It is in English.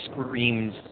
screams